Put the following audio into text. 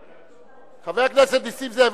חבר הכנסת נסים זאב,